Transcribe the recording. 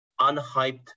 unhyped